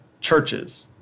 churches